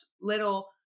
little